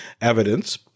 evidence